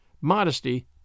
modesty